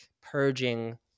purging